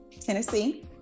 Tennessee